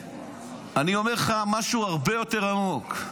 אני אגיד לך משהו הרבה יותר עמוק: